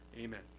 Amen